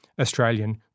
Australian